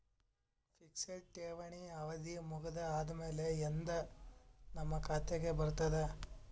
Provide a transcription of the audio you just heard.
Fixed ಠೇವಣಿ ಅವಧಿ ಮುಗದ ಆದಮೇಲೆ ಎಂದ ನಮ್ಮ ಖಾತೆಗೆ ಬರತದ?